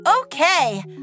Okay